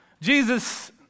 Jesus